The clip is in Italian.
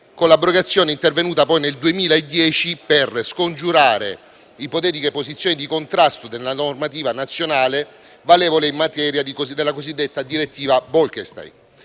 navigazione - intervenuta nel 2010 per scongiurare ipotetiche posizioni di contrasto della normativa nazionale valevole nella materia della cosiddetta direttiva Bolkestein.